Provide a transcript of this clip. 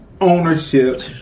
Ownership